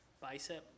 bicep